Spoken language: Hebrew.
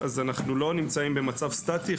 לא נמצאים במצב סטטי,